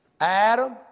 Adam